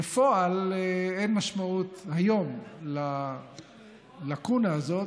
בפועל אין משמעות היום ללקונה הזאת,